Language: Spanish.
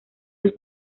sus